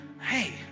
hey